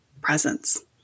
presence